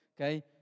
okay